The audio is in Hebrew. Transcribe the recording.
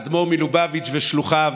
האדמו"ר מלובביץ' ושלוחיו,